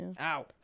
Ow